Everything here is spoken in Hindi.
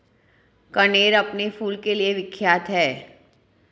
कनेर अपने फूल के लिए विख्यात है